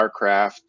StarCraft